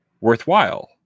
worthwhile